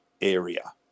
area